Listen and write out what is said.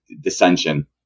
dissension